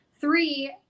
Three